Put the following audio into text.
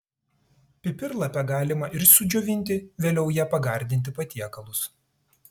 pipirlapę galima ir sudžiovinti vėliau ja pagardinti patiekalus